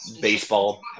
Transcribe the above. baseball